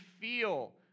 feel